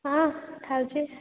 ହଁ ଖାଉଛି